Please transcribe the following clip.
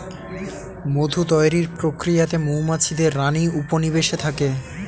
মধু তৈরির প্রক্রিয়াতে মৌমাছিদের রানী উপনিবেশে থাকে